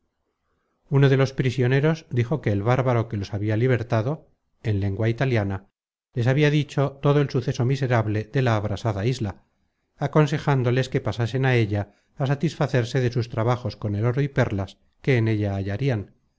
uno de los prisioneros dijo que el bárbaro que los habia libertado en lengua italiana les habia dicho todo el suceso miserable de la abrasada isla aconsejándoles que pasasen á ella á satisfacerse de sus trabajos con el oro y perlas que en ella